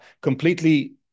completely